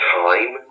time